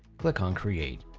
click on create.